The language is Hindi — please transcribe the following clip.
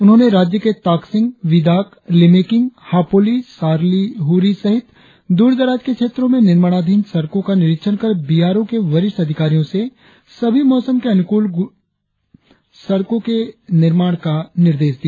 उन्होंने राज्य के ताकसिंग बिदाक लिमेकिंग हापोली सारली हुरी सहित दूरदराज के क्षेत्रों में निर्माणाधीन सड़कों का निरीक्षण कर बी आर ओ के वरिष्ठ अधिकारियों से सभी मौसम के अनुकूल गुणवत्ता के साथ सड़कों और पुलों का निर्माण करने का निर्देश दिया